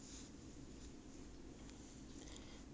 不用戴的 lah 容易抓回来的 mah